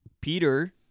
Peter